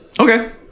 Okay